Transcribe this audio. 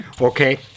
Okay